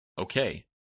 Okay